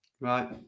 right